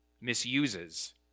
misuses